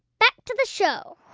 back to the show